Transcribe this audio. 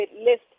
list